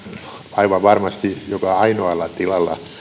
aivan varmasti joka ainoalla tilalla